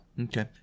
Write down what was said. Okay